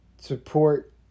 support